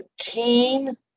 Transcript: teen